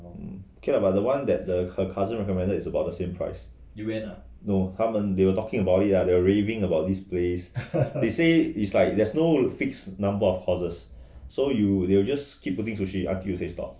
ok lah but the one that the her cousin recommended is about the same price no 他们 they were talking about it they are raving about this place they say it's like there's no fixed number of courses so you they will just keep putting sushi until you say stop